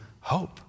hope